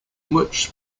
much